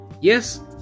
yes